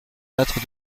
lattre